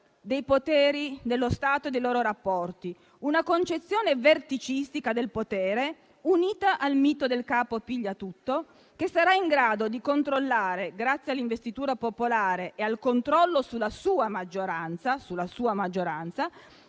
dei poteri dello Stato e dei loro rapporti e una concezione verticistica del potere unita al mito del capo pigliatutto, che sarà in grado di controllare - grazie all'investitura popolare e al controllo sulla sua maggioranza - ripeto, sulla sua maggioranza